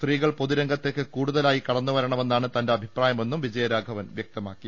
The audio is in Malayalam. സ്ത്രീകൾ പൊതുരംഗത്തേക്ക് കൂടുതലായി കടന്നുവരണമെന്നാണ് തന്റെ അഭിപ്രായമെന്നും വിജയരാഘവൻ വൃക്തമാക്കി